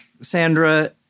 Sandra